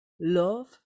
love